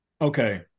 Okay